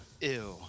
Ew